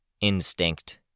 instinct